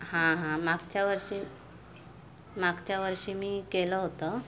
हां हां मागच्या वर्षी मागच्या वर्षी मी केलं होतं